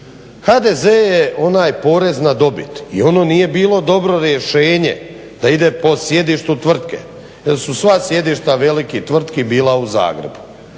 HDZ je onaj porez na dobit i ono nije bilo dobro rješenje da ide po sjedištu tvrtke jer su sva sjedišta velikih tvrtki bila u Zagrebu.